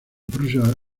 prusia